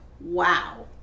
Wow